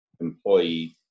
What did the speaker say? employee